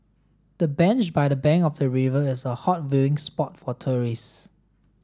the bench by the bank of the river is a hot viewing spot for tourists